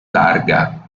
larga